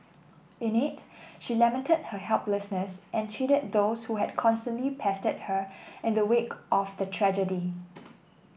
in it she lamented her helplessness and chided those who had constantly pestered her in the wake of the tragedy